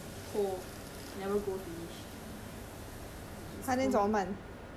then his his [one] is his toe never grow finish